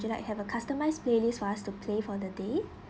would you like have a customised playlist for us to play for the day